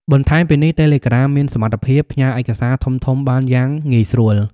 បន្ថែមពីនេះ តេឡេក្រាមមានសមត្ថភាព ផ្ញើឯកសារធំៗ បានយ៉ាងងាយស្រួល។